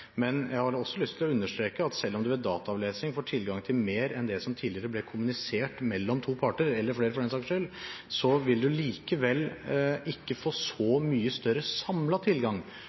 Men jeg har lyst til å understreke at selv om en ved dataavlesing får tilgang til mer enn det som tidligere ble kommunisert mellom to parter – eller flere, for den saks skyld – vil en likevel ikke få så mye større samlet tilgang,